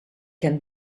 can